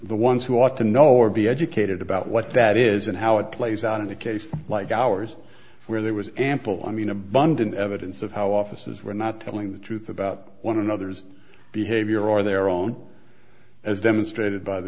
the ones who ought to know or be educated about what that is and how it plays out in a case like ours where there was ample i mean abundant evidence of how officers were not telling the truth about one another's behavior or their own as demonstrated by the